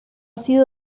sido